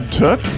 took